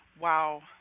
Wow